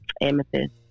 Amethyst